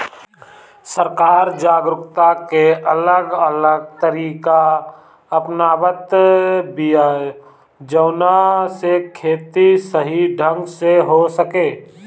सरकार जागरूकता के अलग अलग तरीका अपनावत बिया जवना से खेती सही ढंग से हो सके